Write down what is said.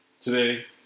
today